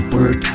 Word